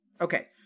Okay